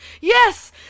yes